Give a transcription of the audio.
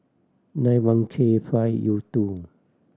nine one K five U two